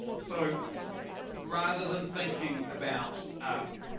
so rather than thinking about um